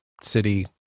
city